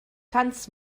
tanz